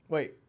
Wait